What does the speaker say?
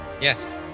yes